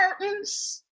curtains